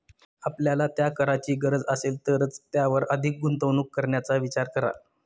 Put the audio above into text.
आपल्याला त्या कारची गरज असेल तरच त्यावर अधिक गुंतवणूक करण्याचा विचार करा